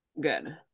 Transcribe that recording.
good